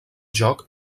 joc